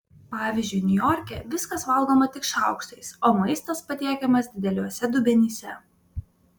pavyzdžiui niujorke viskas valgoma tik šaukštais o maistas patiekiamas dideliuose dubenyse